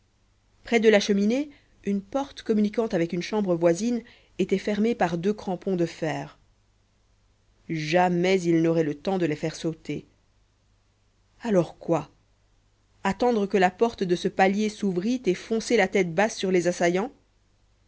près de la cheminée une porte communiquant avec une chambre voisine était fermée par deux crampons de fer jamais il n'aurait le temps de les faire sauter alors quoi attendre que la porte de ce palier s'ouvrît et foncer la tête basse sur les assaillants